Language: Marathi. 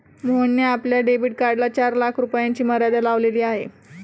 मोहनने आपल्या डेबिट कार्डला चार लाख रुपयांची मर्यादा लावलेली आहे